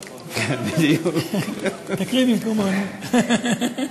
תקריא במקומו, נו.